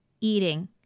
eating